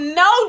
no